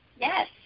Yes